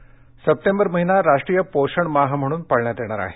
पोषण सप्टेंबर महिना राष्ट्रीय पोषण माह म्हणून पाळण्यात येणार आहे